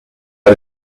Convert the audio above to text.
out